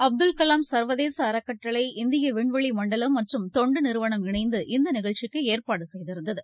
அப்துல்கலாம் சர்வதேசஅறக்கட்டளை இந்தியவிண்வெளிமண்டலம் மற்றும் தொண்டுநிறுவனம் இணைந்து இந்தநிகழ்ச்சிக்குஏற்பாடுசெய்திருந்தது